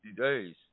days